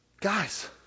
Guys